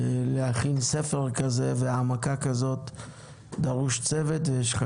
להכין ספר כזה והעמקה כזאת דרוש צוות ויש לך